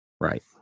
Right